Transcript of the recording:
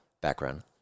background